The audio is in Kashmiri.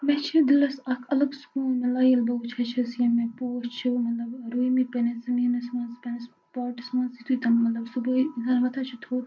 مےٚ چھُ دِلَس اکھ اَلَگ سکوٗن مِلان ییٚلہِ بہٕ وٕچھان چھَس یِم مےٚ پوش چھِ مَطلَب رُومٕتۍ پَننِس زٔمیٖنَس مَنٛز پَننِس پاٹَس مَنٛز یِتھُے تِم مَطلَب صُبحٲے ییٚلہِ وۄتھان چھِ تھوٚد